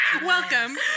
welcome